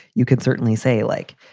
you could certainly say, like,